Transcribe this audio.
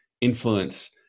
influence